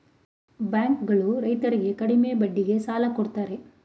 bank ಗಳು ರೈತರರ್ಗೆ ಕಡಿಮೆ ಬಡ್ಡಿಗೆ ಸಾಲ ಕೊಡ್ತಾರೆ